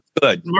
good